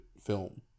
film